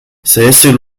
سيصل